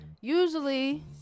usually